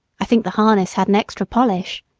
i think the harness had an extra polish.